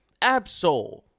Absol